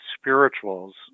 spirituals